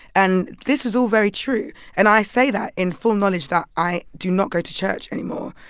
and this is all very true. and i say that in full knowledge that i do not go to church anymore.